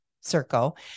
circle